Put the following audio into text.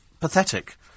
pathetic